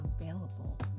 available